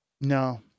No